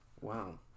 wow